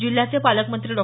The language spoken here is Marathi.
जिल्ह्याचे पालकमंत्री डॉ